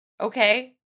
Okay